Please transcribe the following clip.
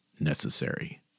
necessary